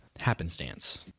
happenstance